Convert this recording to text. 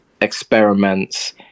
experiments